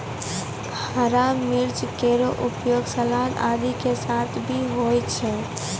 हरा मिर्च केरो उपयोग सलाद आदि के साथ भी होय छै